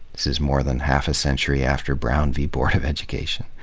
this is more than half a century after brown v. board of education.